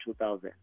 2000